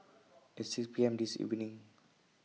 At six P M This evening